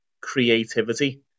creativity